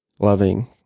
loving